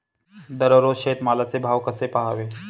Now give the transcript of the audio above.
दररोज शेतमालाचे भाव कसे पहावे?